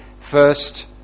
first